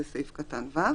זה סעיף קטן (ו)